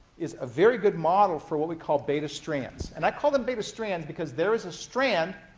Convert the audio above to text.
is a very good model for what we call beta strands. and i call them beta strands because there is a strand.